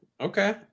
Okay